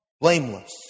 blameless